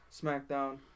SmackDown